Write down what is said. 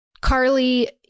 Carly